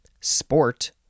sport